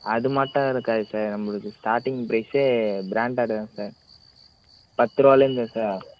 அது மாட்டம் இருக்காது சார் நம்மளுக்கு ஸ்டார்டிங் ப்ரைஸே ப்ராண்டடு தான் சார் பத்து ரூபாலேந்து சார்